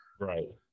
Right